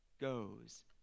goes